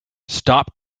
stop